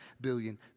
billion